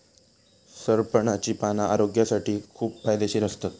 सरपणाची पाना आरोग्यासाठी खूप फायदेशीर असतत